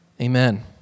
Amen